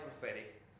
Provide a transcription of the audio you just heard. prophetic